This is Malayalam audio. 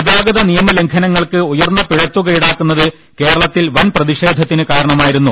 ഗതാഗത നിയമ ലംഘനങ്ങൾക്ക് ഉയർന്ന പിഴത്തുക ഇൌടാക്കുന്നത് കേരളത്തിൽ വൻ പ്രതിഷേധത്തിന് കാരണമായിരുന്നു